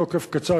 תוקף קצר,